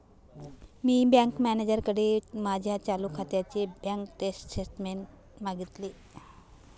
मी bank मॅनेजरकडे माझ्या चालू खात्याचे बँक स्टेटमेंट्स मागितले